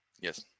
Yes